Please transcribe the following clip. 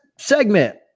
segment